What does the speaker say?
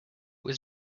was